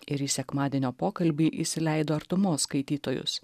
ir į sekmadienio pokalbį įsileido artumos skaitytojus